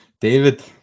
David